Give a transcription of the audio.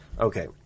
Okay